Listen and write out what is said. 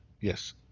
Yes